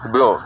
Bro